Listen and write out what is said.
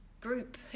group